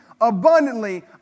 abundantly